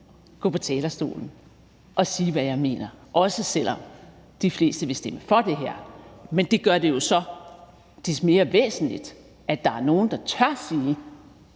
gå på talerstolen og sige, hvad jeg mener – også selv om de fleste vil stemme for det her. Men det gør det jo så des mere væsentligt, at der er nogle, der tør sige